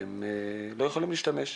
והם לא יכולים להשתמש.